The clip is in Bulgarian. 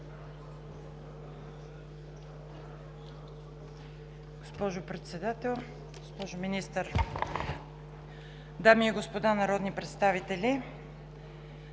Госпожо Председател, госпожо Министър, дами и господа народни представители!